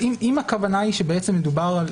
אם הכוונה שמדובר על